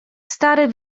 stary